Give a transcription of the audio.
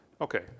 Okay